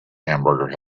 hamburger